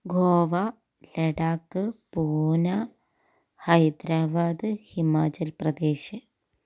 Goa Ladakh Pune Hyderabad Himachal Pradesh